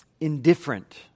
indifferent